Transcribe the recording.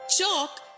Chalk